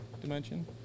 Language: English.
dimension